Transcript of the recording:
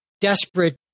desperate